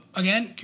again